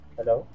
Hello